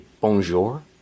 bonjour